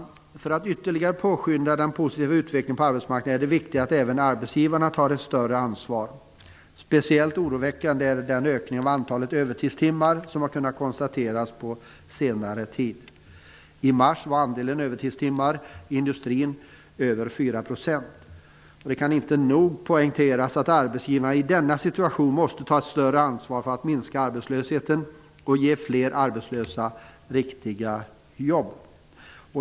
För att ytterligare påskynda den positiva utveckingen på arbetsmarknaden är det viktigt att även arbetsgivarna tar ett större ansvar. Speciellt oroväckande är den ökning av antalet övertidstimmar som har kunnat konstateras på senare tid. I mars var andelen övertidstimmar i industrin över 4 %. Det kan inte nog poängteras att arbetsgivarna i denna situation måste ta ett större ansvar för att minska arbetslösheten och ge fler arbetslösa riktiga jobb.